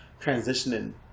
transitioning